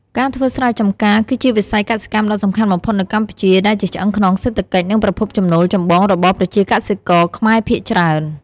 ការធ្វើស្រែចម្ការ គឺជាវិស័យកសិកម្មដ៏សំខាន់បំផុតនៅកម្ពុជា ដែលជាឆ្អឹងខ្នងសេដ្ឋកិច្ច និងប្រភពចំណូលចម្បងរបស់ប្រជាកសិករខ្មែរភាគច្រើន។